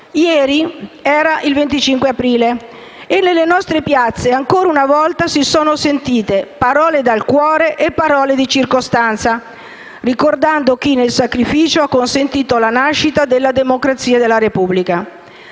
Ieri era il 25 aprile e nelle nostre piazze, ancora una volta, si sono sentite parole dal cuore e parole di circostanza, ricordando chi, nel sacrificio, ha consentito la nascita della democrazia e della Repubblica.